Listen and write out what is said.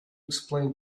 explain